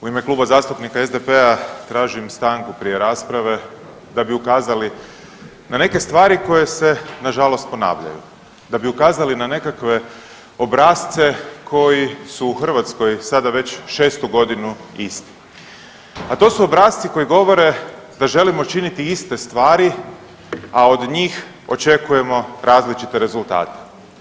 U ime Kluba zastupnika SDP-a tražim stanku prije rasprave da bi ukazali na neke stvari koje se nažalost ponavljaju, da bi ukazali na nekakve obrasce koji su u Hrvatskoj sada već šestu godinu isti, a to su obrasci koji govore da želimo činiti iste stvari, a od njih očekujemo različite rezultate.